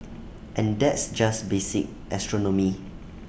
and that's just basic astronomy